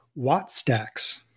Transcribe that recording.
Wattstacks